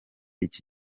iki